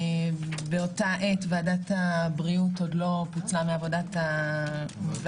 באותה העת ועדת הבריאות עוד לא פוצלה מוועדת העבודה,